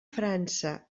frança